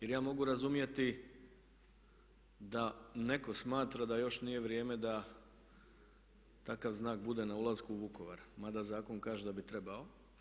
Jer ja mogu razumjeti da netko smatra da još nije vrijeme da takav znak bude na ulasku u Vukovar, mada zakon kaže da bi trebao.